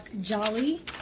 Jolly